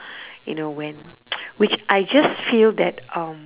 you know when which I just feel that um